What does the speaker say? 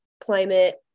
climate